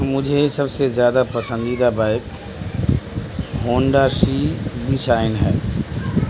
مجھے سب سے زیادہ پسندیدہ bike Honda C B Shine ہے